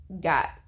got